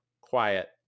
quiet